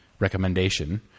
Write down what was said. recommendation